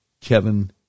Kevin